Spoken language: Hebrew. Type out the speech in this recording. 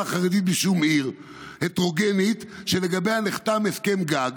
חרדית בשום עיר הטרוגנית שלגביה נחתם הסכם גג,